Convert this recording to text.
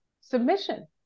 submission